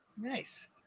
Nice